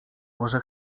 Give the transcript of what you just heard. może